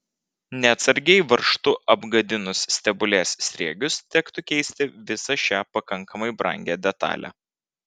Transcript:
neatsargiai varžtu apgadinus stebulės sriegius tektų keisti visą šią pakankamai brangią detalę